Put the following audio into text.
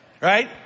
right